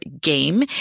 game